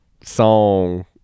song